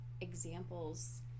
examples